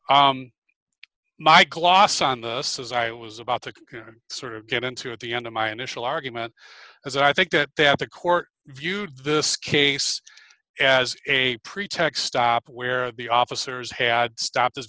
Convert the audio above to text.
position my gloss on this is i was about to sort of get into at the end of my initial argument as i think that that the court viewed this case as a pretext stop where the officers had stopped this